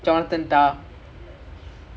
I don't know who is that lah